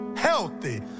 Healthy